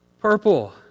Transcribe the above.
purple